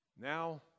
now